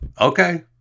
Okay